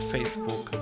Facebook